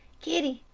kitty,